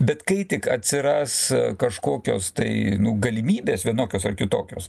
bet kai tik atsiras kažkokios tai galimybės vienokios ar kitokios